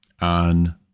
on